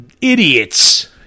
Idiots